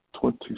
twenty